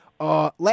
Last